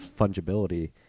fungibility